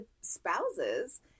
spouses